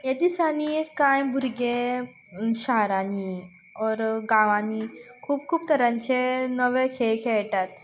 हे दिसांनी कांय भुरगे शारांनीं ओर गांवांनी खूब खूब तरांचे नवे खेळ खेळटात